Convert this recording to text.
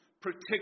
protect